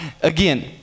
again